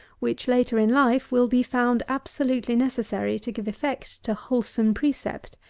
which, later in life, will be found absolutely necessary to give effect to wholesome precept,